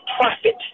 profit